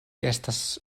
estas